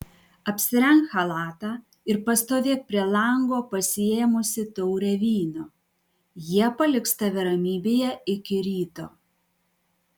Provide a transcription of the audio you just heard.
apsirenk chalatą ir pastovėk prie lango pasiėmusi taurę vyno jie paliks tave ramybėje iki ryto